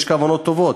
יש כוונות טובות,